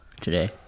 today